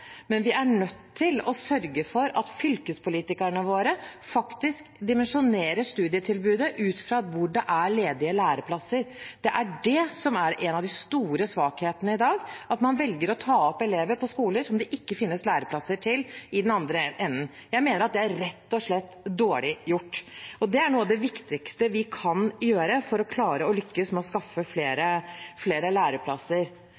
men vi er nødt til å sørge for at fylkespolitikerne våre faktisk dimensjonerer studietilbudet ut fra hvor det er ledige læreplasser. Det er det som er en av de store svakhetene i dag, at man velger å ta opp elever på skoler som det ikke finnes læreplasser til i den andre enden. Jeg mener at det er rett og slett dårlig gjort. Det er noe av det viktigste vi kan gjøre for å klare å lykkes med å skaffe